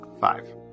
Five